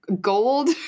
gold